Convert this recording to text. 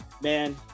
Man